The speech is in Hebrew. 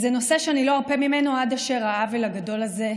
זה נושא שלא ארפה ממנו עד אשר העוול הגדול הזה יתוקן.